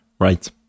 Right